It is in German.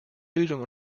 bildung